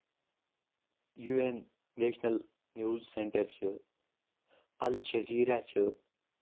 U N national news centre چھُ Al Jazeera چھُ